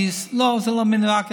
לא, זה לא מנהג.